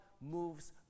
moves